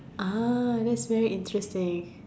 ah that's very interesting